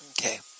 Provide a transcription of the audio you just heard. Okay